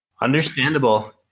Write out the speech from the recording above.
Understandable